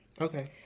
Okay